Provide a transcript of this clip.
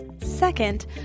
Second